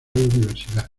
universidad